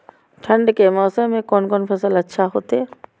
ठंड के मौसम में कोन कोन फसल अच्छा होते?